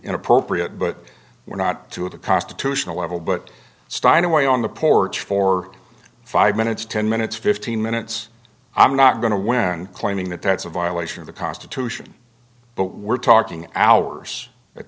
inappropriate but we're not to a constitutional level but stein away on the porch for five minutes ten minutes fifteen minutes i'm not going to wear and claiming that that's a violation of the constitution but we're talking hours at